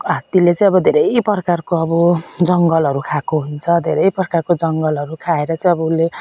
हात्तीले चाहिँ अब धेरै प्रकारको अब जङ्गलहरू खाएको हुन्छ धेरै प्रकारको जङ्गलहरू खाएर चाहिँ अब उसले